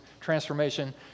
transformation